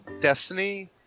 destiny